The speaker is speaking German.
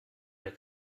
der